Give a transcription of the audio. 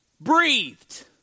breathed